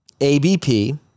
ABP